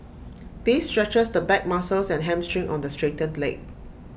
this stretches the back muscles and hamstring on the straightened leg